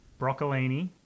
broccolini